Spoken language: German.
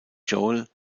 joel